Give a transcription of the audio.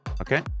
Okay